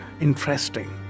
interesting